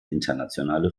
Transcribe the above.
internationale